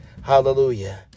hallelujah